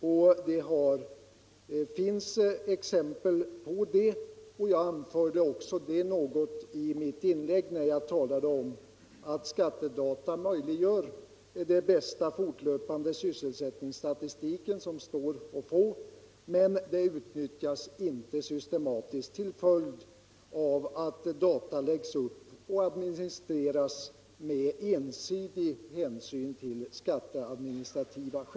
Jag anförde exempel på det i mitt inlägg, när jag talade om att skattedata möjliggör den bästa fortlöpande syssselsättningsstatistik som står att få men inte utnyttjas systematiskt till följd av att data läggs Nr 96 upp och administreras med ensidig hänsyn till skatteadministrativa skäl.